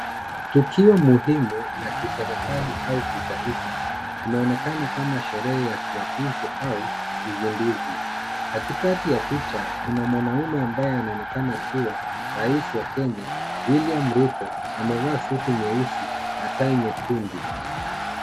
Tukio muhimu la kiserikali au kitaifa. Inaonekana kama sherehe ya kuapishwa au usinduzi. Katikati ya picha, kuna mwanaume ambaye anaonekana kuwa, raisi wa Kenya, William Ruto. Amevaa suti nyeusi na tai nyekundu.